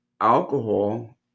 alcohol